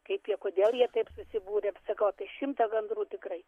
kaip jie kodėl jie taip susibūrė sakau apie šimtą gandrų tikrai